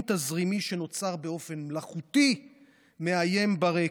תזרימי שנוצר באופן מלאכותי מאיים ברקע.